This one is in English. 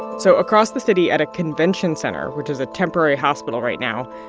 so across the city at a convention center, which is a temporary hospital right now,